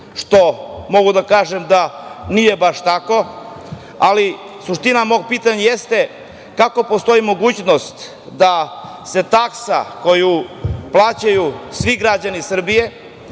što mogu da kažem da nije baš tako, ali suština mog pitanja jeste kako postoji mogućnost da se taksa, koju plaćaju svi građani Srbije,